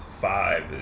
five